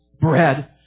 bread